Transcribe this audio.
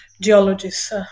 geologist